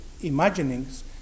imaginings